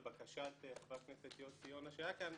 לבקשת חבר הכנסת יוסי יונה שהיה כאן,